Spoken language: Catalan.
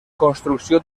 construcció